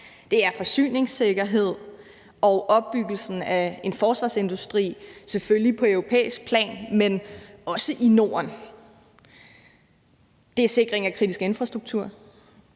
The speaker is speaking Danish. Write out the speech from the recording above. det er forsyningssikkerhed; og opbygningen af en forsvarsindustri, selvfølgelig på europæisk plan, men også i Norden; det er sikring af kritisk infrastruktur;